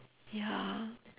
ya